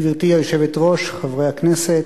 גברתי היושבת-ראש, חברי הכנסת,